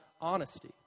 honesty